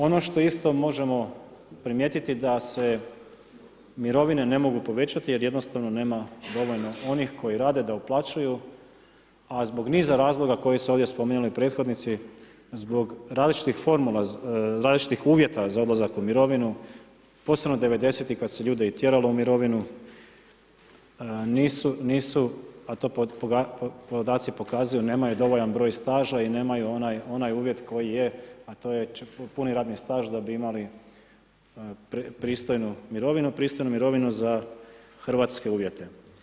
Ono što isto možemo primijetiti da se mirovine ne mogu povećati jer jednostavno nema dovoljno onih koji rade da uplaćuju a zbog niza razloga koji su ovdje spomenuli prethodnici, zbog različitih formula, različitih uvjeta za odlazak u mirovinu, posebno 90-ih kad su ljude i tjeralo u mirovinu, nisu a to podaci pokazuju, nemaju dovoljan broj staža i nemaju onaj uvjet koji je puni radni staž da bi imali pristojnu mirovinu za hrvatske uvjete.